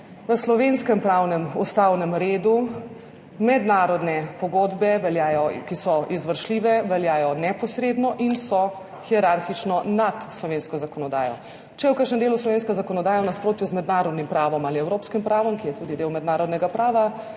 v slovenskem pravnem, ustavnem redu mednarodne pogodbe, ki so izvršljive, veljajo neposredno in so hierarhično nad slovensko zakonodajo. Če je v kakšnem delu slovenska zakonodaja v nasprotju z mednarodnim pravom ali evropskim pravom, ki je tudi del mednarodnega prava,